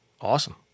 Awesome